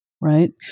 right